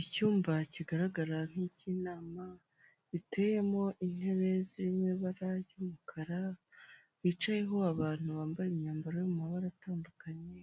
Icyumba kigaragara nk'icy'inama, ziteyemo intebe zirimo ibara ry'umukara, hicayeho abantu bambaye imyambaro y'amabara atandukanye,